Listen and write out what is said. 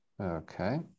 okay